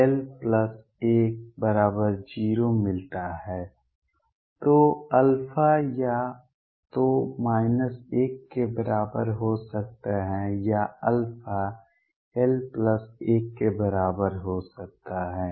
तो α या तो l के बराबर हो सकता है या α l1 के बराबर हो सकता है